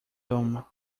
doom